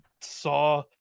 saw